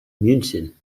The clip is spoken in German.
münchen